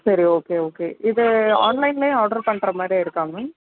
சரி okay okay இது ஆன்லைனில் ஆர்டர் பண்ணுற மாதிரி இருக்கா மேம்